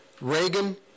Reagan